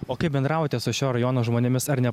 o kaip bendravote su šio rajono žmonėmis ar ne